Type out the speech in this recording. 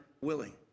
willing